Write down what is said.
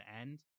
end